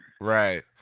Right